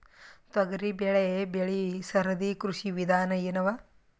ತೊಗರಿಬೇಳೆ ಬೆಳಿ ಸರದಿ ಕೃಷಿ ವಿಧಾನ ಎನವ?